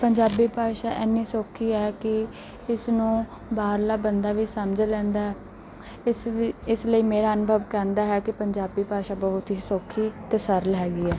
ਪੰਜਾਬੀ ਭਾਸ਼ਾ ਇੰਨੀ ਸੌਖੀ ਆ ਕਿ ਇਸ ਨੂੰ ਬਾਹਰਲਾ ਬੰਦਾ ਵੀ ਸਮਝ ਲੈਂਦਾ ਇਸ ਇਸ ਲਈ ਮੇਰਾ ਅਨੁਭਵ ਕਹਿੰਦਾ ਹੈ ਕਿ ਪੰਜਾਬੀ ਭਾਸ਼ਾ ਬਹੁਤ ਹੀ ਸੌਖੀ ਅਤੇ ਸਰਲ ਹੈਗੀ ਹੈ